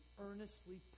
earnestly